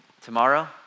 tomorrow